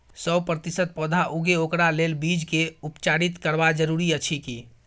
सौ प्रतिसत पौधा उगे ओकरा लेल बीज के उपचारित करबा जरूरी अछि की?